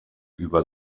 über